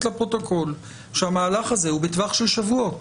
לפרוטוקול שהמהלך הזה הוא בטווח של שבועות.